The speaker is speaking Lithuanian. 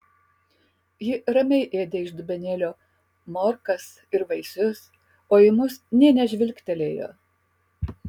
ji ramiai ėdė iš dubenėlio morkas ir vaisius o į mus nė nežvilgtelėjo